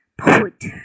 put